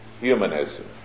Humanism